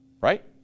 Right